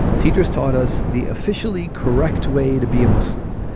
teachers taught us the officially correct way to be a muslim.